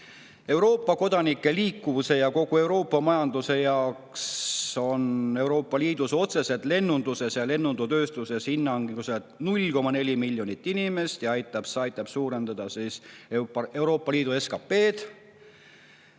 Euroopa kodanike liikuvuse ja kogu Euroopa majanduse jaoks. Euroopa Liidus [töötab] otseselt lennunduses ja lennundustööstuses hinnanguliselt 0,4 miljonit inimest ja see aitab suurendada Euroopa Liidu SKP‑d.